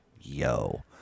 yo